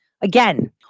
again